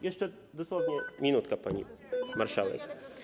Jeszcze dosłownie minutka, pani marszałek.